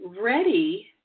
ready